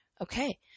Okay